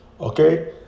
Okay